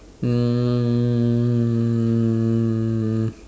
um